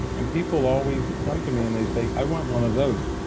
and people always come to me and they say, i want one of those.